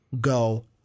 Go